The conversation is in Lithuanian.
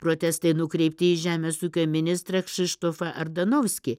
protestai nukreipti į žemės ūkio ministrą kšištofą ardanauskį